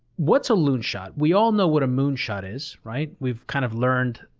what's a loonshot? we all know what a moonshot is, right? we've kind of learned.